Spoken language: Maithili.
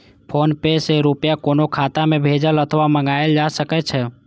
फोनपे सं रुपया कोनो खाता मे भेजल अथवा मंगाएल जा सकै छै